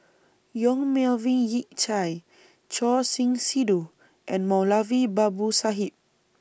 Yong Melvin Yik Chye Choor Singh Sidhu and Moulavi Babu Sahib